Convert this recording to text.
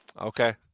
Okay